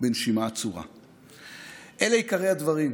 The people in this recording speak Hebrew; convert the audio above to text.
אלא שהעברנו